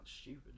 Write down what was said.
stupid